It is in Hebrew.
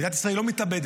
מדינת ישראל לא מתאבדת.